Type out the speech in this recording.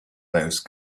those